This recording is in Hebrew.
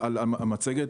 על המצגת.